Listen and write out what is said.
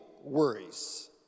worries